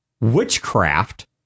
witchcraft